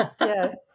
Yes